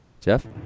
Jeff